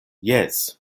jes